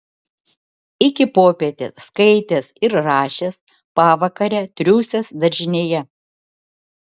iki popietės skaitęs ir rašęs pavakare triūsęs daržinėje